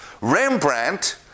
Rembrandt